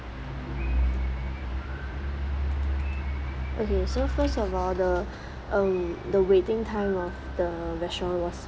okay so first of all the um the waiting time of the restaurant was